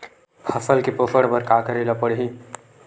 फसल के पोषण बर का करेला पढ़ही?